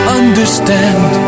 understand